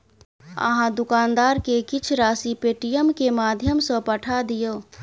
अहाँ दुकानदार के किछ राशि पेटीएमम के माध्यम सॅ पठा दियौ